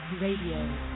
Radio